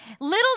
little